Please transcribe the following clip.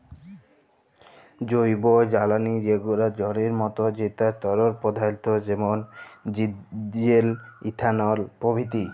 জৈবজালালী যেগলা জলের মত যেট তরল পদাথ্থ যেমল ডিজেল, ইথালল ইত্যাদি